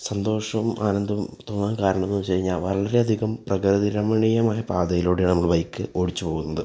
സന്തോഷവും ആനന്ദവും തോന്നാൻ കാരണം എന്ന് വച്ച് കഴിഞ്ഞാൽ വളരെ അധികം പ്രകൃതി രമണീയമായ പാതയിലൂടെ ആണ് നമ്മൾ ബൈക്ക് ഓടിച്ച് പോവുന്നത്